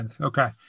Okay